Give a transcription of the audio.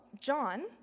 John